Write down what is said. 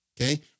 Okay